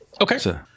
Okay